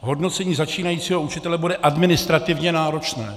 Hodnocení začínajícího učitele bude administrativně náročné.